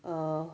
err